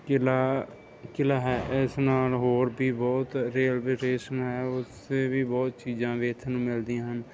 ਕਿਲ੍ਹਾ ਕਿਲ੍ਹਾ ਹੈ ਇਸ ਨਾਲ ਹੋਰ ਵੀ ਬਹੁਤ ਰੇਲਵੇ ਟੇਸ਼ਨ ਹੈ ਉਸਦੇ ਵੀ ਬਹੁਤ ਚੀਜ਼ਾਂ ਵੇਖਣ ਨੂੰ ਮਿਲਦੀਆਂ ਹਨ